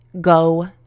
Go